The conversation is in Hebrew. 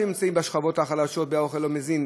שהם נמצאים בשכבות החלשות והאוכל לא מזין.